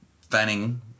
Fanning